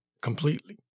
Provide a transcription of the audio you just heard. completely